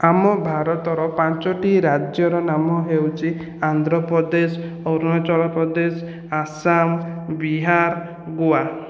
ଆମ ଭାରତର ପାଞ୍ଚଟି ରାଜ୍ୟର ନାମ ହେଉଛି ଆନ୍ଧ୍ରପ୍ରଦେଶ ଅରୁଣାଞ୍ଚଳ ପ୍ରଦେଶ ଆସାମ ବିହାର ଗୋଆ